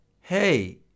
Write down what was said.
hey